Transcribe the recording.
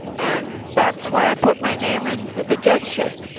and that's why i put my name in for the judgeship.